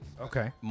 okay